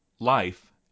Life